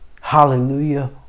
hallelujah